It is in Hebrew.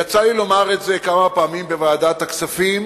יצא לי לומר את זה כמה פעמים בוועדת הכספים